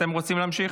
אתם רוצים להמשיך?